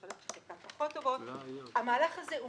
יכול להיות שחלקן פחות טובות המהלך הזה הוא